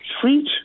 treat